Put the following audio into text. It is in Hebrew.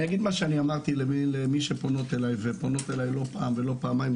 אני אגיד מה שאמרתי למי שפונות אלי ופונות אלי לא פעם ולא פעמיים,